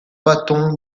patton